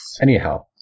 Anyhow